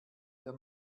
der